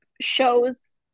shows